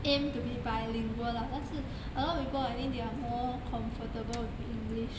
aim to be bilingual lah 但是 a lot people I think they are more comfortable with english